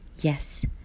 Yes